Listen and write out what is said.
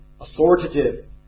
authoritative